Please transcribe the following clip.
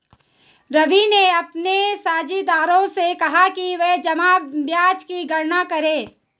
रवि ने अपने साझेदारों से कहा कि वे जमा ब्याज की गणना करें